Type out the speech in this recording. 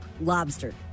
lobster